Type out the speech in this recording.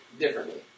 differently